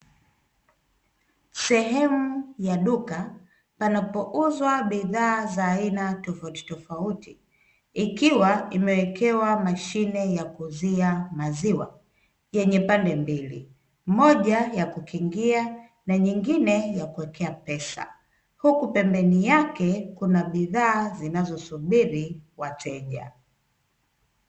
Sehemu ya duka panapouzwa bidhaa za aina tofautitofauti, ikiwa imewekewa mashine ya kuuzia maziwa yenye pande mbili, moja ya kukingia na nyingine ya kuwekea pesa, huku pembeni yake kuna bidhaa zinazosubiri wateja.